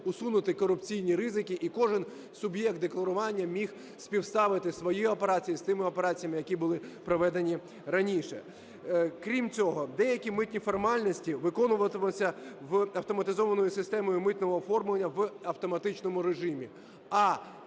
усунути корупційні ризики і кожен суб'єкт декларування міг співставити свої операції з тими операціями, які були проведені раніше. Крім цього, деякі митні формальності виконуватимуться автоматизованою системою митного оформлення в автоматичному режимі,